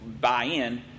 buy-in